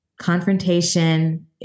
Confrontation